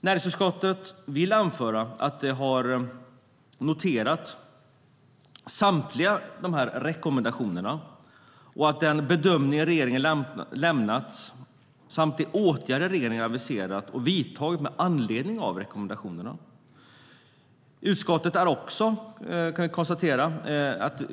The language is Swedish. Näringsutskottet vill anföra att samtliga rekommendationer har noterats, vidare den bedömning som regeringen har lämnat samt de åtgärder som regeringen har aviserat och vidtagit med anledning av rekommendationerna.